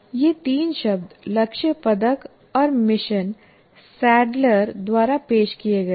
ये तीन शब्द लक्ष्य पदक और मिशन सैडलर द्वारा पेश किए गए हैं